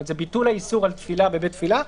זה ביטול האיסור על תפילה בבית תפילה,